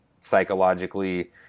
psychologically